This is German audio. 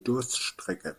durststrecke